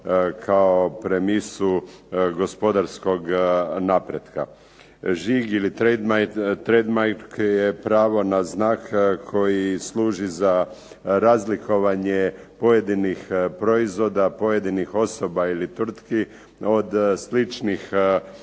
kao premisu gospodarskog napretka. Žig ili trade mark je pravo na znak koji služi za razlikovanje pojedinih proizvoda, pojedinih osoba ili tvrtki od sličnih